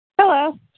Hello